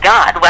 God